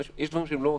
יש דברים שהם לא סבירים,